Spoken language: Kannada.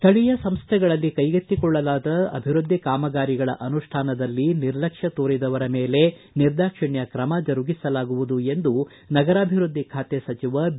ಸ್ಥಳೀಯ ಸಂಸ್ಥೆಗಳಲ್ಲಿ ಕೈಗೆತ್ತಿಕೊಳ್ಳಲಾದ ಅಭಿವೃದ್ದಿ ಕಾಮಗಾರಿಗಳ ಅನುಷ್ಠಾನದಲ್ಲಿ ನಿರ್ಲಕ್ಷ್ಮ ತೋರಿದವರ ಮೇಲೆ ನಿರ್ದಾಕ್ಷಿಣ್ಯ ಕ್ರಮ ಜರುಗಿಸಲಾಗುವುದು ಎಂದು ನಗರಾಭಿವೃದ್ಧಿ ಖಾತೆ ಸಚಿವ ಬಿ